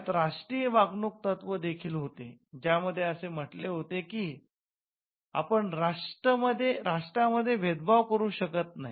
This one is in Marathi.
त्यात राष्ट्रीय वागणूक तत्त्व देखील होते ज्यामध्ये असे म्हटले होते की आपण राष्ट्रांमध्ये भेदभाव करू शकत नाही